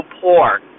poor